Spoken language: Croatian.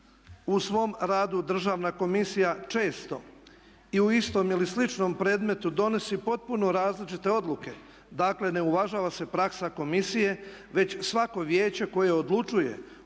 svom radu Državna komisija često i u istom ili sličnom predmetu donosi potpuno različite odluke, dakle ne uvažava se praksa komisije već svako vijeće koje odlučuje